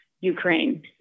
ukraine